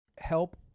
help